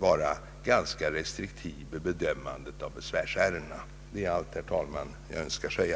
vara ganska restriktiv vid bedömningen av besvärsärendena. Det är, herr talman, allt jag önskar säga.